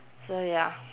so ya